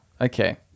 Okay